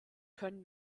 können